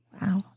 Wow